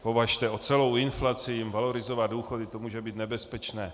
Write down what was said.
Považte, o celou inflaci jim valorizovat důchody, to může být nebezpečné!